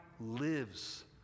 lives